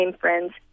friends